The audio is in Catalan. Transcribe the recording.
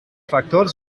factors